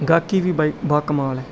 ਗਾਇਕੀ ਵੀ ਬਾਈ ਬਾ ਕਮਾਲ ਹੈ